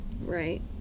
Right